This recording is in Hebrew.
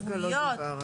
אנחנו חייבים לשמור עליהם,